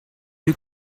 you